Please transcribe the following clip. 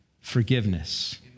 forgiveness